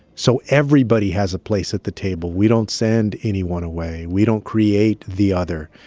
so everybody has a place at the table. we don't send anyone away. we don't create the other.